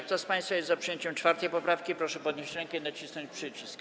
Kto z państwa jest za przyjęciem 4. poprawki, proszę podnieść rękę i nacisnąć przycisk.